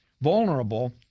vulnerable